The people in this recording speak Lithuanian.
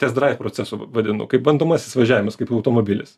test drive pocesu vadinu kaip bandomasis važiavimas kaip automobilis